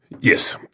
Yes